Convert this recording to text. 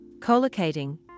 co-locating